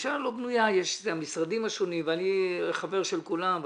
יש את המשרדים השונים ואני חבר של כולם.